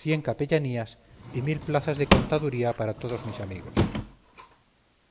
cien capellanías y mil plazas de contaduría para todos mis amigos